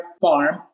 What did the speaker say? farm